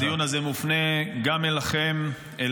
הדיון הזה מופנה גם אליכם,